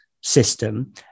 system